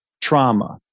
trauma